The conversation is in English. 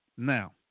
Now